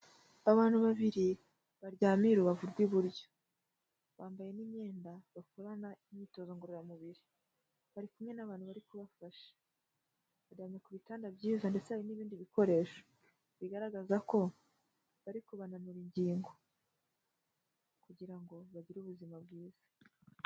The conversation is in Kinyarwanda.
Abantu babiri baryamiye urubavu rw'iburyo, bambaye n'imyenda bakorana imyitozo ngororamubiri, bari kumwe n'abantu bari kubafasha, baryamye ku bitanda byiza, ndetse hari n'ibindi bikoresho, bigaragaza ko bari kubananura ingingo, kugira ngo bagire ubuzima bwiza.